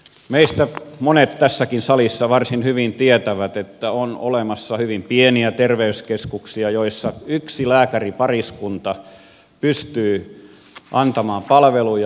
meistä monet tässäkin salissa varsin hyvin tietävät että on olemassa hyvin pieniä terveyskeskuksia joissa yksi lääkäripariskunta pystyy antamaan palveluja